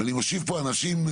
אני מושיב פה אנשים,